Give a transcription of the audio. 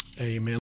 Amen